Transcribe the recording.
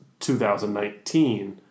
2019